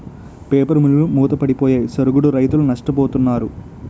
paper మిల్లులు మూతపడిపోయి సరుగుడు రైతులు నష్టపోతున్నారు